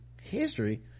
History